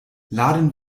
laden